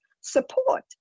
support